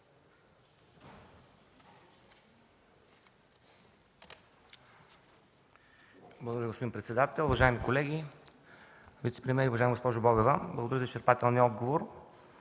Благодаря, господин председател. Уважаеми колеги, вицепремиери! Уважаема госпожо Бобева, благодаря за изчерпателния отговор.